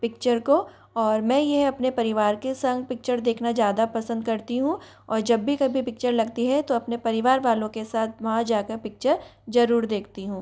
picture को और मैं यह अपने परिवार के संग पिक्चर देखना ज़्यादा पसंद करती हूँ और जब भी कभी पिक्चर लगती है तो अपने परिवार वालों के साथ वहाँ जा कर पिक्चर ज़रूर देखती हूँ